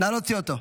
נא להוציא אותו.